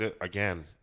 again